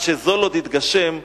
עד שזו לא תתגשם,